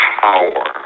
power